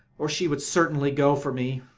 or she would certainly go for me,